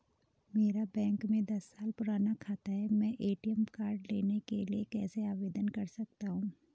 मेरा बैंक में दस साल पुराना खाता है मैं ए.टी.एम कार्ड के लिए कैसे आवेदन कर सकता हूँ?